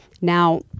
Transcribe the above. Now